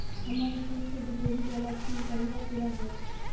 हम्मर fixed deposit वला scheme कहिया पूरा हैत?